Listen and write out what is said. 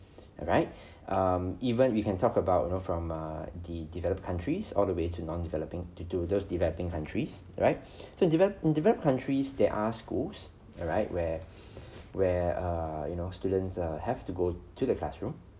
alright um even we can talk about you know from err the developed countries all the way to non developing to do those developing countries right so developed in developed countries there are schools alright where where err you know students err have to go to the classroom